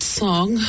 song